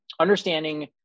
understanding